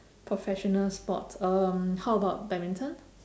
professional sports um how about badminton